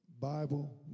Bible